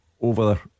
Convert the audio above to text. over